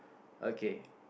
okay